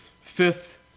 fifth